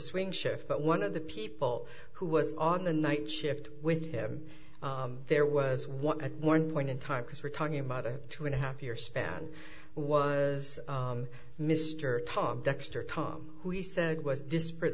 swing shift but one of the people who was on the night shift with him there was one at one point in time because we're talking about a two and a half year span was mr tom dexter tom who he said was disparate